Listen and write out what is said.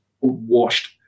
washed